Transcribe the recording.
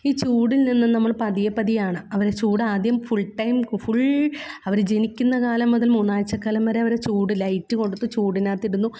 ഈ ചൂടിൽനിന്ന് നമ്മൾ പതിയെ പതിയാണ് അവരാ ചൂടാദ്യം ഫുൾ ടൈം ഫുൾ അവര് ജനിക്കുന്ന കാലം മുതൽ മൂന്നാഴ്ച കാലം വരെ അവരെ ചൂട് ലൈറ്റ് കൊടുത്ത് ചൂടിനകത്തിടുന്നു